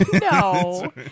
No